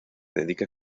dedica